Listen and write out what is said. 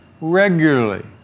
regularly